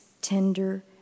tender